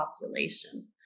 population